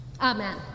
Amen